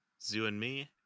zooandme